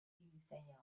diseña